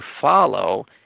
follow